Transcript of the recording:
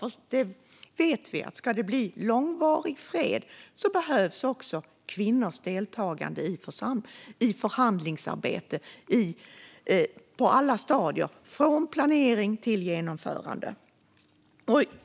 Vi vet att om det ska bli långvarig fred behövs också kvinnors deltagande i förhandlingsarbetet på alla stadier, från planering till genomförande.